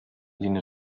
lehnte